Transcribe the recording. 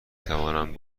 توانم